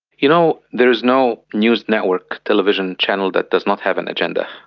you know, there is no news network television channel that does not have an agenda.